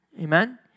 Amen